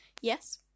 Yes